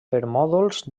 permòdols